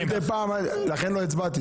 לכן לא הצבעתי.